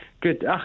Good